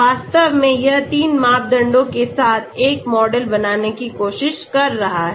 वास्तव में यह 3 मापदंडों के साथ एक मॉडल बनाने की कोशिश कर रहा है